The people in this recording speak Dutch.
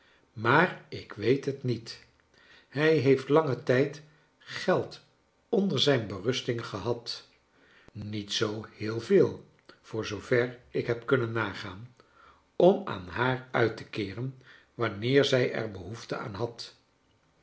maar ik weet het niet hij heeft langen tijd geld onder zijn berustia gehad niet zoo heel veel voor zoover ik heb kunnen nagaan om aan haar uit te keeren wanneer zij er behoof te aan had